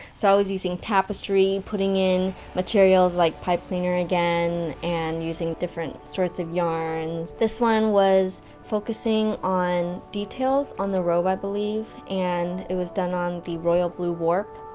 so i was using tapestry, putting in materials like pipe cleaner again, and using different sorts of yarns, this one was focusing on details, on the robe, i believe. and it was done on the royal blue warp,